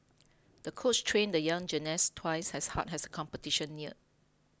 the coach trained the young gymnast twice as hard as the competition neared